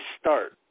start